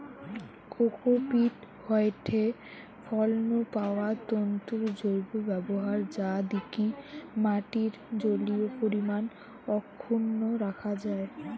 cocopeat হয়ঠে ফল নু পাওয়া তন্তুর জৈব ব্যবহার যা দিকি মাটির জলীয় পরিমাণ অক্ষুন্ন রাখা যায়